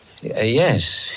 Yes